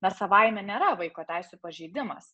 na savaime nėra vaiko teisių pažeidimas